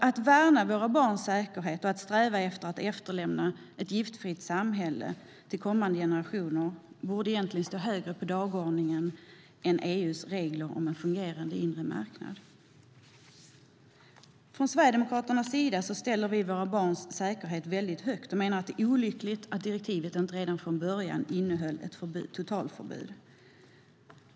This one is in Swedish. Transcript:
Att värna våra barns säkerhet och att sträva efter att efterlämna ett giftfritt samhälle till kommande generationer borde egentligen stå högre på dagordningen än EU:s regler om en fungerande inre marknad. Från Sverigedemokraternas sida sätter vi våra barns säkerhet väldigt högt och menar att det är olyckligt att direktivet inte redan från början innehöll ett totalförbud.